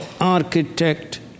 architect